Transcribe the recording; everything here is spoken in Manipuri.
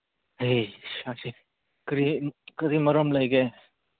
ꯌꯥꯏꯌꯦ ꯁꯥꯁꯤ ꯀꯔꯤ ꯀꯔꯤ ꯃꯔꯝ ꯂꯩꯒꯦ